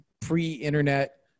pre-internet